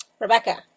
Rebecca